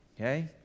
Okay